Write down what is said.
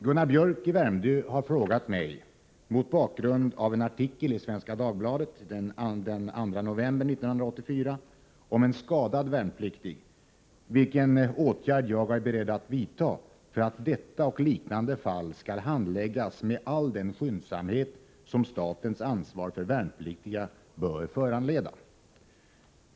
Gunnar Biörck i Värmdö har frågat mig — mot bakgrund av en artikel i Svenska Dagbladet den 2 november 1984 om en skadad värnpliktig — vilken åtgärd jag är beredd att vidta för att detta och liknande fall skall handläggas med all den skyndsamhet som statens ansvar för värnpliktiga bör föranleda.